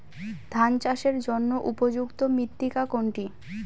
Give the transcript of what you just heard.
ধান চাষের জন্য উপযুক্ত মৃত্তিকা কোনটি?